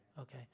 Okay